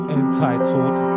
entitled